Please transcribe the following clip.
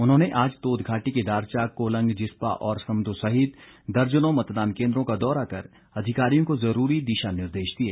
उन्होंने आज तोद घाटी के दारचा कोलंग जिस्पा और समदो सहित दर्जनों मतदान केंद्रों का दौरा कर अधिकारियों को जरूरी दिशा निर्देश दिए